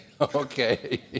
Okay